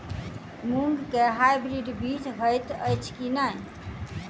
मूँग केँ हाइब्रिड बीज हएत अछि की नै?